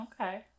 Okay